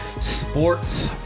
Sports